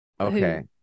Okay